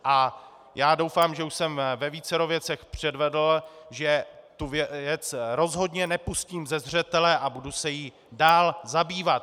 A doufám, že už jsem ve vícero věcech předvedl, že tu věc rozhodně nepustím ze zřetele a budu se jí dál zabývat.